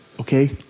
Okay